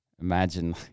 imagine